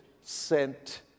sent